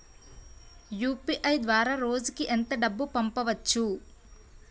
UPI ద్వారా రోజుకి ఎంత డబ్బు పంపవచ్చు?